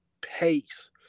pace